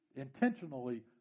intentionally